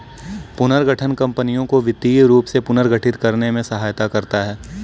पुनर्गठन कंपनियों को वित्तीय रूप से पुनर्गठित करने में सहायता करता हैं